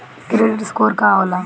Credit score का होला?